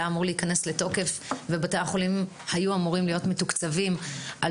אמור להיכנס לתוקף ובתי החולים היו אמורים להיות מתוקצבים על